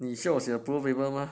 你叫我写 approval paper 吗